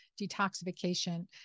detoxification